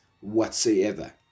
whatsoever